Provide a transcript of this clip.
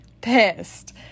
pissed